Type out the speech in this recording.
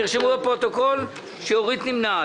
תרשמו בפרוטוקול שאורית נמנעת.